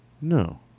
No